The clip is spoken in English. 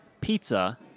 pizza